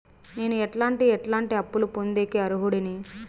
నేను ఎట్లాంటి ఎట్లాంటి అప్పులు పొందేకి అర్హుడిని?